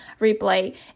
replay